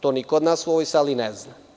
To niko od nas u ovoj sali ne zna.